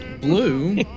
blue